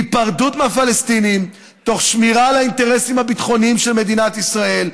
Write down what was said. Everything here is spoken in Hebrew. היפרדות מהפלסטינים תוך שמירה על האינטרסים הביטחוניים של מדינת ישראל,